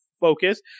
focus